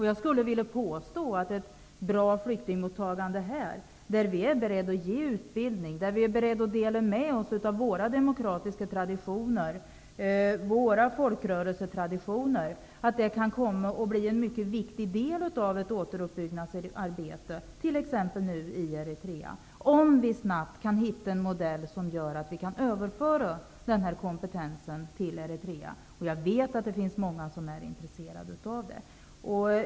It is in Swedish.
Jag skulle vilja påstå att ett bra flyktingmottagande här, där vi är beredda att ge utbildning och dela med oss av våra demokratiska traditioner, och av vår folkrörelsetradition, kan komma att bli en mycket viktig del av ett kommande återuppbyggnadsarbete t.ex. nu i Eritrea. Det gäller att snabbt finna en modell för att överföra denna kompetens till Eritrea. Jag vet att det finns många som är intresserade av det.